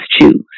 choose